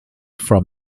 from